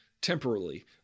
temporarily